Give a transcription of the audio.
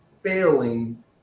failing